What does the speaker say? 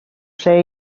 sucre